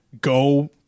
go